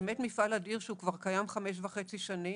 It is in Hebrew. באמת מפעל אדיר שהוא כבר קיים חמש וחצי שנים,